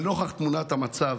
לנוכח תמונת המצב,